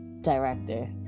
director